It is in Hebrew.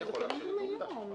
הם יכולים גם היום.